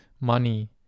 money